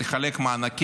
והיא תחלק מענקים